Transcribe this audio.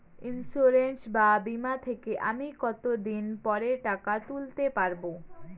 Insurance বা বিমা থেকে আমি কত দিন পরে টাকা তুলতে পারব?